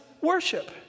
worship